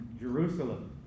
Jerusalem